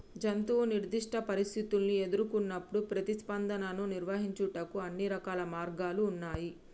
జంతువు నిర్దిష్ట పరిస్థితుల్ని ఎదురుకొన్నప్పుడు ప్రతిస్పందనను నిర్వహించుటకు అన్ని రకాల మార్గాలు ఉన్నాయి